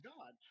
God